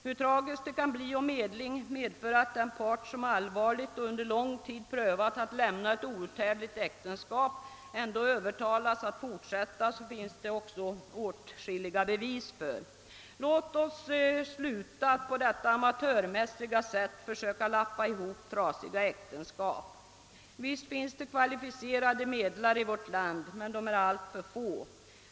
Hur tragiskt det kan bli, om medlingen medför, att den part som allvarligt och under lång tid prövat att lämna ett outhärdligt äktenskap ändå övertalas att fortsätta, finns det åtskilliga bevis för. Låt oss sluta att på detta amatörmässiga sätt försöka lappa ihop trasiga äktenskap. Visst finns kvalificerade medlare i vårt land, men de är alltför få.